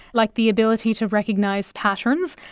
like the ability to recognise patterns.